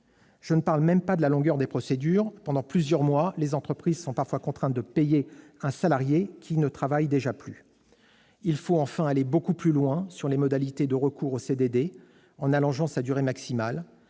Je ne parle même pas de la longueur des procédures : pendant plusieurs mois, les entreprises sont contraintes de payer un salarié qui ne travaille déjà plus ! Il faut enfin aller beaucoup plus loin sur les modalités de recours aux CDD, en en allongeant la durée maximale,